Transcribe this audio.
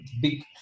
big